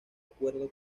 acuerdo